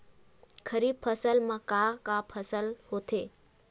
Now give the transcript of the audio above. खरीफ फसल मा का का फसल होथे?